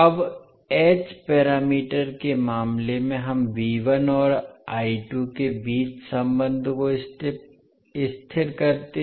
अब H parameter के मामले में हम और के बीच संबंध को स्थिर करते हैं